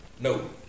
no